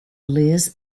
liz